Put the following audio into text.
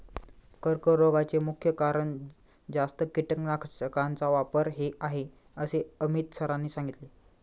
कर्करोगाचे मुख्य कारण जास्त कीटकनाशकांचा वापर हे आहे असे अमित सरांनी सांगितले